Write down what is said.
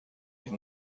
این